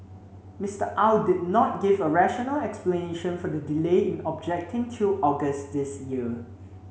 Mister Au did not give a rational explanation for the delay in objecting till August this year